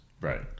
Right